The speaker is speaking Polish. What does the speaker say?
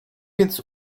więc